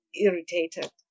irritated